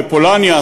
בפולניה,